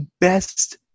best